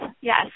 yes